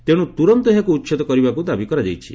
ତେଣୁ ତୁରନ୍ତ ଏହାକୁ ଉଛେଦ କରିବାକୁ ଦାବି କରାଯାଇଛି